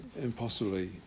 impossibly